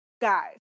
Guys